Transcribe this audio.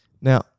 Now